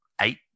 eight